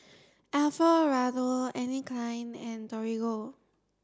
Alfio Raldo Anne Klein and Torigo